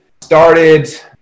Started